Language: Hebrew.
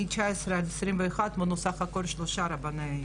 משנת 2019 עד 2021 נוספו בסך הכול שלושה רבני עיר.